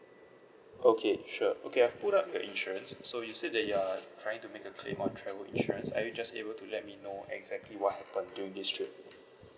okay sure okay I've pulled out your insurance so you said that you are trying to make a claim on travel insurance are you just able to let me know exactly what happened during this trip